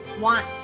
want